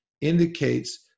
indicates